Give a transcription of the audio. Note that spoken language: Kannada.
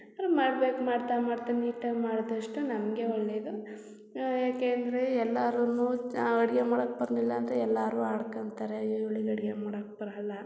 ಆದ್ರು ಮಾಡ್ಬೇಕು ಮಾಡ್ತಾ ಮಾಡ್ತಾ ನೀಟಾಗಿ ಮಾಡಿದಷ್ಟು ನಮಗೇ ಒಳ್ಳೆಯದು ಯಾಕೆ ಅಂದರೆ ಎಲ್ಲಾರೂ ಅಡುಗೆ ಮಾಡಕ್ಕೆ ಬರಲಿಲ್ಲಅಂದರೆ ಎಲ್ಲರೂ ಆಡ್ಕತಾರೆ ಇವ್ಳಿಗೆ ಅಡುಗೆ ಮಾಡಕ್ಕೆ ಬರಲ್ಲ